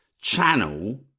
channel